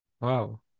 Wow